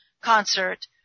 concert